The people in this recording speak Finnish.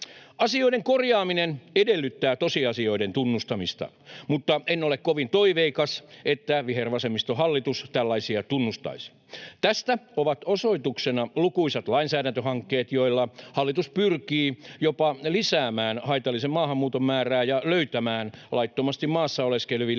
Asioiden korjaaminen edellyttää tosiasioiden tunnustamista, mutta en ole kovin toiveikas, että vihervasemmistohallitus tällaisia tunnustaisi. Tästä ovat osoituksena lukuisat lainsäädäntöhankkeet, joilla hallitus pyrkii jopa lisäämään haitallisen maahanmuuton määrää ja löytämään laittomasti maassa oleskeleville